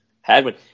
Hadwin